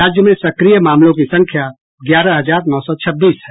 राज्य में सक्रिय मामलों की संख्या ग्यारह हजार नौ सौ छब्बीस है